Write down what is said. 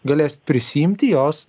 galės prisiimti jos